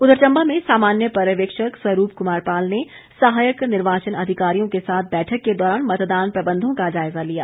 उधर चंबा में सामान्य पर्यवेक्षक स्वरूप कुमार पाल ने सहायक निर्वाचन अधिकारियों के साथ बैठक के दौरान मतदान प्रबंधों का जायजा लिया